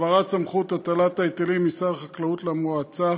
העברת סמכות הטלת ההיטלים משר החקלאות למועצה